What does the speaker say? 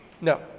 No